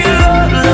love